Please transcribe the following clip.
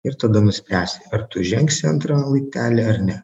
ir tada nuspręsi ar tu žengsi antrą laiptelį ar ne